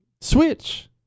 Switch